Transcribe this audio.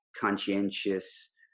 conscientious